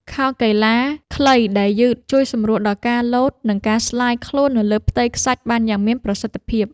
ខោកីឡាខ្លីដែលយឺត ជួយសម្រួលដល់ការលោត និងការស្លាយខ្លួននៅលើផ្ទៃខ្សាច់បានយ៉ាងមានប្រសិទ្ធភាព។